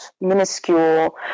minuscule